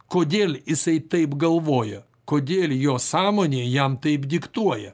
kodėl jisai taip galvoja kodėl jo sąmonė jam taip diktuoja